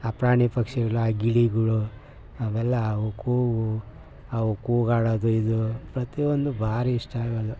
ಆ ಪ್ರಾಣಿ ಪಕ್ಷಿಗಳು ಆ ಗಿಳಿಗಳು ಅವೆಲ್ಲ ಅವಕ್ಕೂ ಅವು ಕೂಗಾಡೋದು ಇದು ಪ್ರತಿಯೊಂದೂ ಭಾರಿ ಇಷ್ಟ ಆಗೋದು